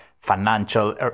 Financial